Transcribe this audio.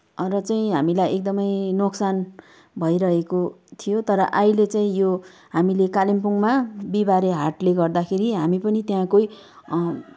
र चाहिँ हामीलाई एकदमै नोक्सान भइरहेको थियो तर अहिले चाहिँ यो हामीले कालिम्पोङमा बिहिबारे हाटले गर्दाखेरि हामी पनि त्यहाँकै